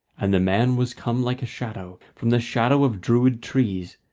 and the man was come like a shadow, from the shadow of druid trees,